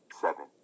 Seven